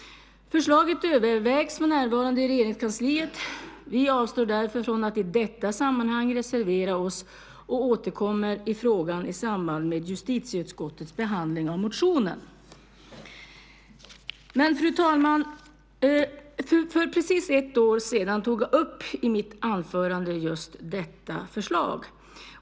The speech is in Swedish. Förslaget övervägs för närvarande i Regeringskansliet. Vi avstår därför från att i detta sammanhang reservera oss och återkommer i frågan i samband med justitieutskottets behandling av motionen. För precis ett år sedan tog jag i mitt anförande upp just detta förslag.